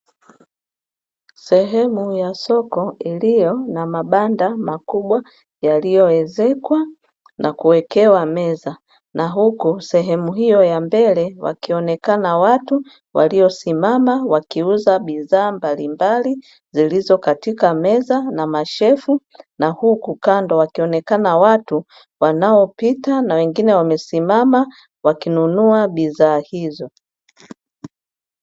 Sehemu ya soko iliyo na mabanda makubwa yaliyoezekwa, na kuwekewa meza na huko sehemu hiyo ya mbele wakionekana watu waliosimama wakiuza bidhaa mbalimbali zilizo katika meza na mashefu, na huku kando wakionekana watu wanaopita na wengine wamesimama wakinunua bidhaa hizo